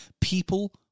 people